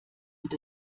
und